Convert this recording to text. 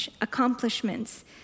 accomplishments